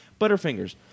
Butterfingers